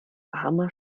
armer